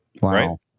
Wow